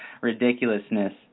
ridiculousness